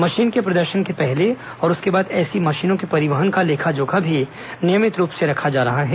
machine के प्रदर्शन के पहले और उसके बाद ऐसी मशीनों के परिवहन का लेखाजोखा भी नियमित रूप से रखा जा रहा है